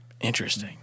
interesting